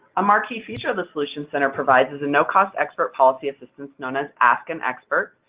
a marquee feature the solutions center provides is no-cost expert policy assistance known as ask an expert.